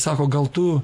sako gal tu